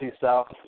South